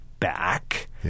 Back